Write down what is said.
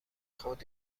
خود